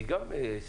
היא גם שמה,